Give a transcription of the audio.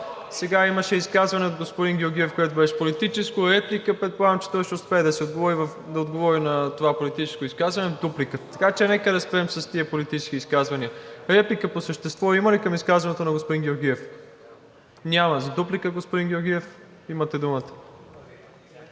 Сега имаше изказване от господин Георгиев, което беше политическо. Реплика, предполагам, че той ще успее да отговори на това политическо изказване в дуплика, така че нека да спрем с тези политически изказвания. Реплика по същество има ли към изказването на господин Георгиев? Няма. За дуплика, господин Георгиев, имате думата.